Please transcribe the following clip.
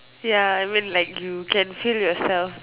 ya I mean like you can feel yourself